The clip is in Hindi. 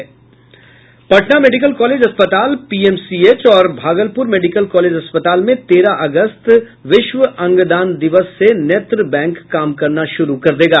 पटना मेडिकल कॉलेज अस्पताल पीएमसीएच और भागलपूर मेडिकल कॉलेज अस्पताल में तेरह अगस्त विश्व अंगदान दिवस से नेत्र बैंक काम करना शुरू कर देगा